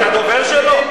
אתה דובר שלו?